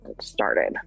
started